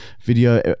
video